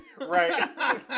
Right